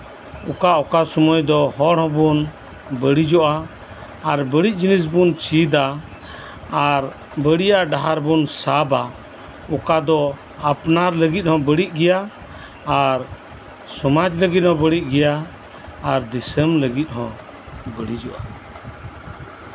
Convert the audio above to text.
ᱚᱠᱟᱼᱚᱠᱟ ᱥᱚᱢᱚᱭ ᱫᱚ ᱦᱚᱲ ᱦᱚᱸᱵᱚᱱ ᱵᱟᱲᱤᱡᱚᱜᱼᱟ ᱟᱨ ᱵᱟᱲᱤᱡᱽ ᱡᱤᱱᱤᱥ ᱵᱩᱱ ᱪᱮᱫᱟ ᱟᱨ ᱵᱟᱲᱤᱡᱟᱜ ᱰᱟᱦᱟᱨ ᱵᱚᱱ ᱥᱟᱵᱟ ᱚᱠᱟ ᱫᱚ ᱟᱯᱱᱟᱨ ᱞᱟᱹᱜᱤᱫ ᱦᱚᱸ ᱵᱟᱲᱤᱡ ᱜᱮᱭᱟ ᱟᱨ ᱥᱚᱢᱟᱡ ᱞᱟᱹᱜᱤᱫ ᱦᱚᱸ ᱵᱟᱲᱤᱡ ᱜᱮᱭᱟ ᱟᱨ ᱫᱤᱥᱚᱢ ᱞᱟᱹᱜᱤᱫ ᱦᱚᱸ ᱵᱟᱲᱤᱡᱜᱼᱟ